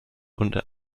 und